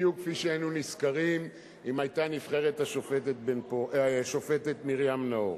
בדיוק כפי שהיינו נשכרים אם היתה נבחרת השופטת מרים נאור.